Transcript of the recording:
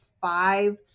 five